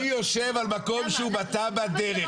יושב על מקום שהוא בתב"ע דרך,